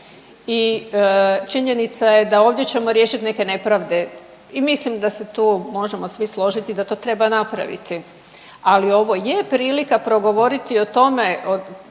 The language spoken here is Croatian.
i činjenica je da ovdje ćemo riješiti neke nepravde i mislim da se tu možemo svi složiti da to treba napraviti, ali ovo je prilika progovoriti o tome